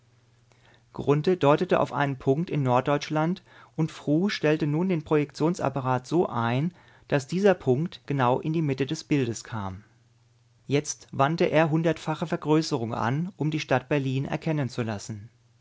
deutete auf einen punkt in norddeutschland und fru stellte nun den projektionsapparat so ein daß dieser punkt genau in die mitte des bildes kam jetzt wandte er hundertfache vergrößerung an um die stadt berlin erkennen zu lassen